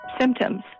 symptoms